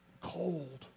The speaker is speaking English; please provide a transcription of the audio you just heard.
cold